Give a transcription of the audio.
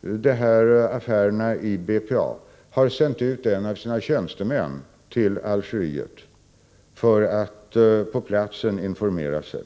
dessa affärer i BPA har sänt en av sina tjänstemän till Algeriet för att på platsen informera sig.